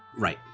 right,